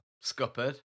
scuppered